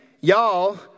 y'all